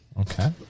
Okay